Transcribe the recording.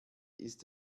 ist